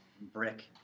brick